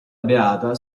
beata